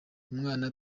umwana